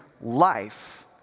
life